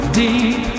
deep